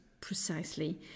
precisely